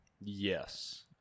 Yes